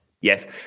Yes